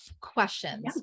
Questions